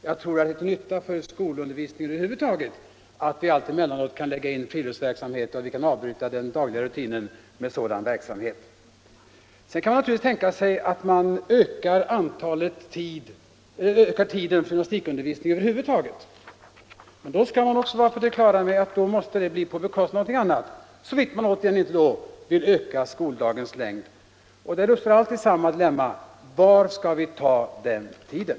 Jag tror att det är till nytta för skolundervisningen över huvud taget att vi alltemellanåt kan lägga in friluftsverksamhet och avbryta den dagliga rutinen med sådan verksamhet. Man kan naturligtvis också tänka sig att öka tiden för gymnastikundervisningen som helhet. Men då skall man vara på det klara med att det måste ske på bekostnad av någonting annat, såvida man inte återigen vill öka skoldagens längd. Där uppstår alltid samma dilemma: Var skall vi ta den tiden?